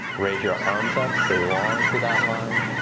raise your arms up, stay long through that line.